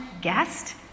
guest